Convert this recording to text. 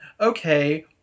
okay